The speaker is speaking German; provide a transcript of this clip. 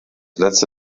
letzte